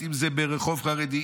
אם זה ברחוב חרדי,